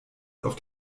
auf